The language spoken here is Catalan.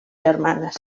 germanes